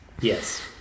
Yes